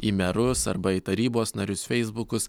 į merus arba į tarybos narius feisbukus